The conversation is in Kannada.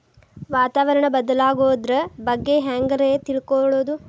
ವಾತಾವರಣ ಬದಲಾಗೊದ್ರ ಬಗ್ಗೆ ಹ್ಯಾಂಗ್ ರೇ ತಿಳ್ಕೊಳೋದು?